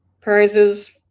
prizes